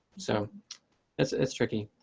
so this is tricky.